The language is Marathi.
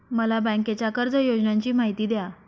मला बँकेच्या कर्ज योजनांची माहिती द्या